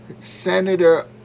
Senator